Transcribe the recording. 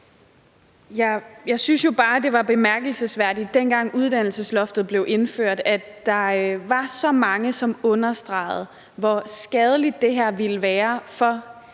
Jeg synes jo bare, at det var bemærkelsesværdigt, at dengang uddannelsesloftet blev indført, var der så mange, som understregede, hvor skadeligt det her ville være for